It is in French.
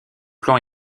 plan